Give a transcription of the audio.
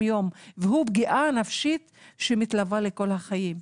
יום והוא פגיעה נפשית שמתלווה לכל החיים.